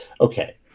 Okay